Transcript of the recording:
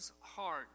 heart